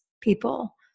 people